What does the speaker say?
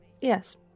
yes